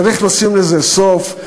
צריך לשים לזה סוף.